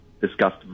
discussed